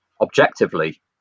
objectively